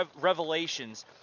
revelations